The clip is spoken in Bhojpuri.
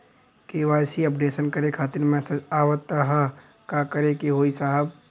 के.वाइ.सी अपडेशन करें खातिर मैसेज आवत ह का करे के होई साहब?